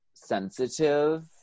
sensitive